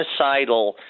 genocidal